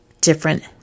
different